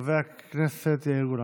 חבר הכנסת יאיר גולן.